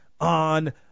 on